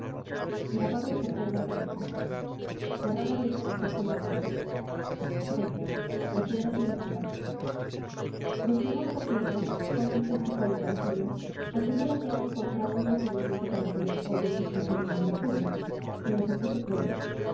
oficiales xiii la piedra filosofal don germán botella joven físico alicantino asegura que ha encontrado un procedimiento para obtener oro descomponiendo el mercurio y nos ofrece pruebas